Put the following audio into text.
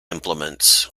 implements